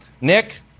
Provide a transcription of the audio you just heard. Nick